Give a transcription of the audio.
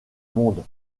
monde